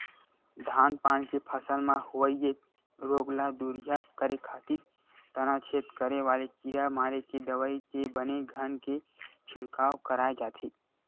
धान पान के फसल म होवई ये रोग ल दूरिहा करे खातिर तनाछेद करे वाले कीरा मारे के दवई के बने घन के छिड़काव कराय जाथे